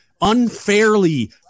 unfairly